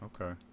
Okay